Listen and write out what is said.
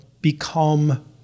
become